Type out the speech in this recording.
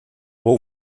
vou